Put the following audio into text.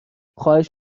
خواهش